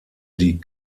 die